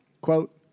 quote